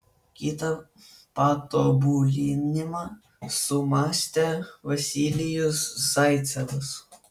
kitą patobulinimą sumąstė vasilijus zaicevas